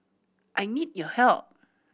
I need your help